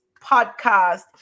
podcast